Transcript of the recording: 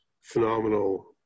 phenomenal